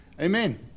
Amen